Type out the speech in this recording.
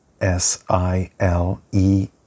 S-I-L-E